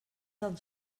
del